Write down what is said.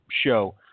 show